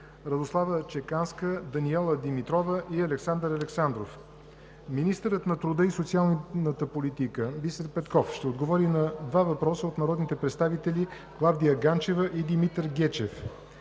Радослава Чеканска; Даниела Димитрова; и Александър Александров. 4. Министърът на труда и социалната политика Бисер Петков ще отговори на два въпроса от народните представители Клавдия Ганчева; и Димитър Гечев.